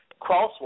crosswalk